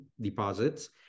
deposits